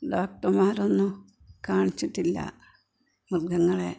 ഡോക്റ്റമാരെയൊന്നും കാണിച്ചിട്ടില്ല മൃഗങ്ങളെ